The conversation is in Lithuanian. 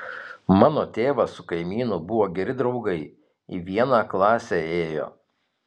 mano tėvas su kaimynu buvo geri draugai į vieną klasę ėjo